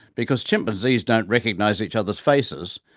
because chimpanzees don't recognize each other's faces,